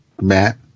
Matt